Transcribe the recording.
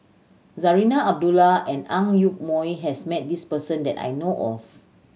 Zarinah Abdullah and Ang Yoke Mooi has met this person that I know of